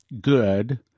good